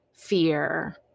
Fear